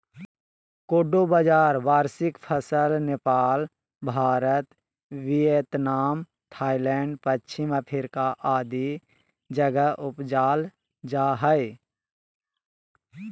कोडो बाजरा वार्षिक फसल नेपाल, भारत, वियतनाम, थाईलैंड, पश्चिम अफ्रीका आदि जगह उपजाल जा हइ